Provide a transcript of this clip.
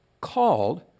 called